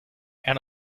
and